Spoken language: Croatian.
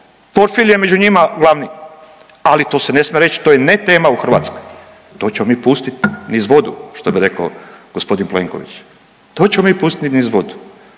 Portfirije među njima glavni. Ali to se ne smije reći, to je netema u Hrvatskoj. To ćemo mi pustit niz vodu, što bi rekao g. Plenković, to ćemo mi pustiti niz vodu.